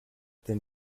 then